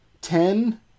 ten